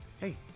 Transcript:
Hey